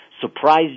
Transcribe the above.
surprise